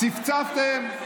צפצפתם?